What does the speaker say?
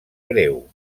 breu